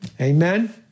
Amen